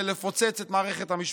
זה לפוצץ את מערכת המשפט.